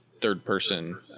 third-person